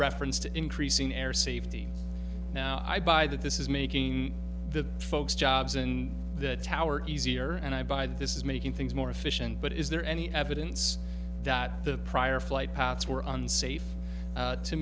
reference to increasing air safety now i buy that this is making the folks jobs in the tower easier and i buy this is making things more efficient but is there any evidence that the prior flight paths were unsafe